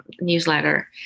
newsletter